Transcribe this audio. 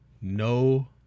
No